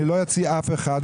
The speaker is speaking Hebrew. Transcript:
אני לא אוציא אף אחד,